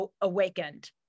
awakened